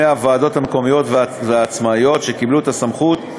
הוועדות המקומית העצמאיות שקיבלו את הסמכות,